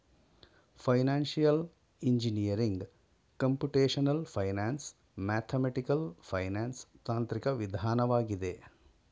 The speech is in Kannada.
financial engineering computational finance, mathematical finance ತಾಂತ್ರಿಕ ವಿಧಾನವಾಗಿದೆ